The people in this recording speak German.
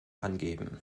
abgeben